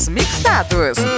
Mixados